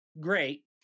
great